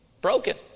Broken